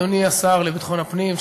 אדוני השר לביטחון הפנים,